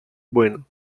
bueno